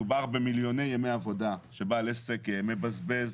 מדובר במיליוני ימי עבודה שבעל עסק מבזבז